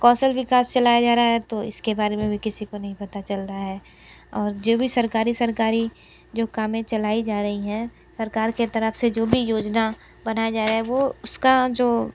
कौशल विकास चलाया जा रहा है तो इसके बारे में भी किसी को नहीं पता चल रहा है और जो भी सरकारी सरकारी जो कामें चलाई जा रही हैं सरकार के तरफ से जो भी योजना बनाया जा रहा है वो उसका जो